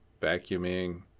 Vacuuming